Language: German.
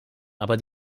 aber